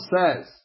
says